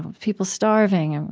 people starving. and